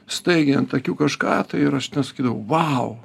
staigiai ant akių kažką tai ir aš ten sakydavau vau